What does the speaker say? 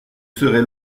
serai